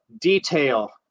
detail